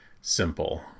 simple